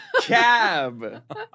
Cab